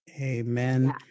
Amen